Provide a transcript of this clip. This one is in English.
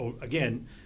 again